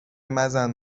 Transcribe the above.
مزن